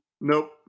Nope